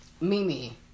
Mimi